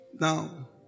Now